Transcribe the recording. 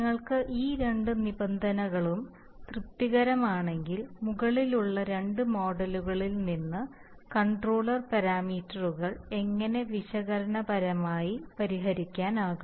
നിങ്ങൾക്ക് ഈ രണ്ട് നിബന്ധനകളും തൃപ്തികരമാണെങ്കിൽ മുകളിലുള്ള രണ്ട് മോഡലുകളിൽ നിന്ന് കൺട്രോളർ പാരാമീറ്ററുകൾ എങ്ങനെ വിശകലനപരമായി പരിഹരിക്കാനാകും